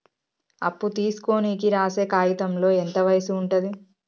అప్పు తీసుకోనికి రాసే కాయితంలో ఎంత వయసు ఉంటది?